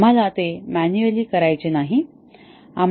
आम्हाला ते म्यानुअली करायचे नाही